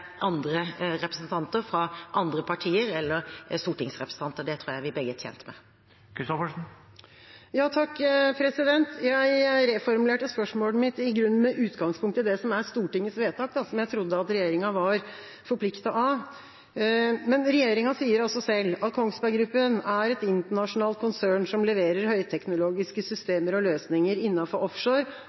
representanter fra andre partier eller for stortingsrepresentanter. Det tror jeg vi begge er tjent med. Jeg reformulerte i grunnen spørsmålet mitt med utgangspunkt i det som er Stortingets vedtak, som jeg trodde at regjeringa var forpliktet av. Men regjeringa sier altså selv at Kongsberg Gruppen er et internasjonalt konsern som leverer høyteknologiske systemer og løsninger innenfor offshore,